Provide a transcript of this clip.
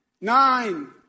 nine